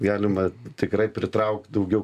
galima tikrai pritraukt daugiau